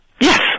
Yes